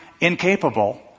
incapable